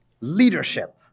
leadership